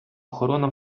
охорона